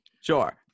Sure